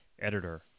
editor